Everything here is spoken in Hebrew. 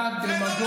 שטויות.